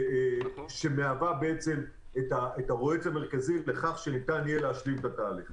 שהיא הרועץ המרכזי להשלמת התהליך.